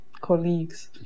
colleagues